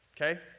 Okay